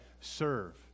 serve